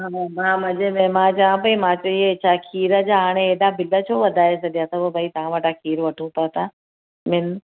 मां मजे में मां चवा पई मां चओ हे छा खीरु जा हाणे हेॾा बिल छो वधाए छॾिया तव भई तां वटा खीरु वठू ता त मिन